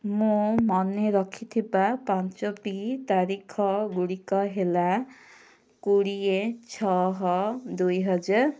ମୁଁ ମନେ ରଖିଥିବା ପାଞ୍ଚଟି ତାରିଖ ଗୁଡ଼ିକ ହେଲା କୋଡ଼ିଏ ଛଅ ଦୁଇହଜାର